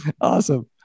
Awesome